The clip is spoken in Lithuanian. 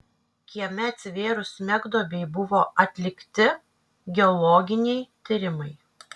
kieme atsivėrus smegduobei buvo atlikti geologiniai tyrimai